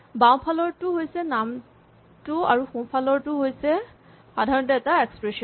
বাওঁফালৰটো হৈছে নামটো আৰু সোঁফালৰটো সাধাৰণতে এটা এক্সপ্ৰেচন